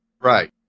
Right